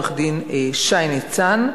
עורך-דין שי ניצן,